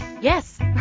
Yes